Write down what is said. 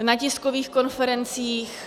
Na tiskových konferencích...